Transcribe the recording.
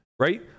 Right